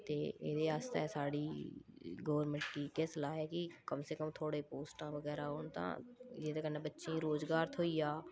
ते एह्दे आस्तै साढ़ी गोरमेंट गी इक्कै सलाह ऐ कि कम से कम थोह्ड़े पोस्टां बगैरा औन तां एह्दे कन्नै बच्चें ई रोज़गार थ्होई जा